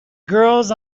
girls